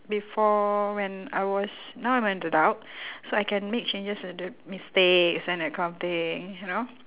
before when I was now I'm an adult so I can make changes to the mistakes and that kind of thing you know